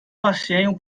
passeiam